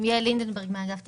אני מאגף תקציבים,